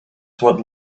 what